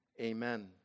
amen